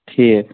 ٹھیٖک